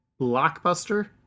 Blockbuster